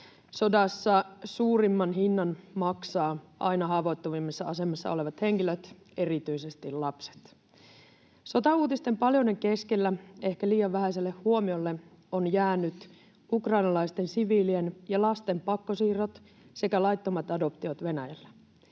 Sodassa suurimman hinnan maksavat aina haavoittuvimmassa asemassa olevat henkilöt, erityisesti lapset. Sotauutisten paljouden keskellä ehkä liian vähäiselle huomiolle ovat jääneet ukrainalaisten siviilien ja lasten pakkosiirrot sekä laittomat adoptiot Venäjälle.